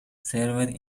served